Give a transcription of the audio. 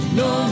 no